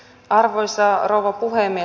arvoisa rouva puhemies